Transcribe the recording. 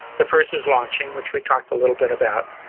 the first is launching which we talked a little bit about.